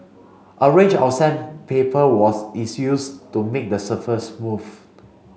a range of sandpaper was is used to make the surface smooth